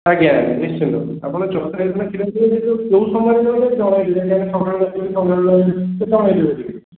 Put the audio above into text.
ଆଜ୍ଞା ଆଜ୍ଞା ନିଶ୍ଚିନ୍ତ ଆପଣ ଚଉଦ ତାରିଖ ଦିନ କ୍ଷୀର ନେବେ ସେ ଯୋଉ କୋଉ ସମୟରେ ନେବେ ଜଣେଇବେ କାହିଁକିନା ଯେମିତି ଆପଣ ସକାଳେ ନେବେକି ସନ୍ଧ୍ୟା ବେଳେ ନେବେ ଜଣେଇବେ ଟିକେ